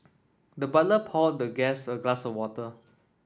the butler poured the guest a glass of water